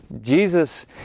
Jesus